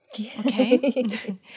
Okay